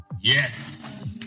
Yes